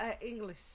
English